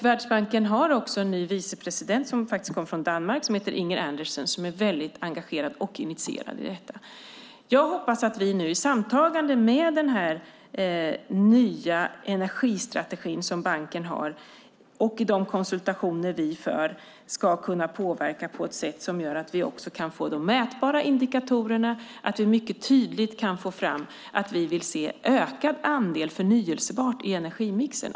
Världsbanken har också en ny vicepresident som faktiskt kommer från Danmark och som heter Inger Andersen. Hon är mycket engagerad och initierad i detta. Jag hoppas att vi nu i och med denna nya energistrategi som banken har och i de konsultationer som vi har ska kunna påverka på ett sätt som gör att vi också kan få mätbara indikatorer för att mycket tydligt få fram att vi vill se en ökad andel förnybart i energimixen.